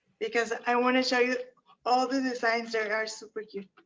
because i wanna show you all the designs that are super cute.